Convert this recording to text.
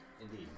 Indeed